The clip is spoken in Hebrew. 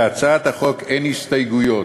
להצעת החוק אין הסתייגויות.